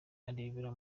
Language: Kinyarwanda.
arebera